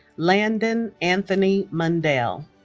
landon anthony mundell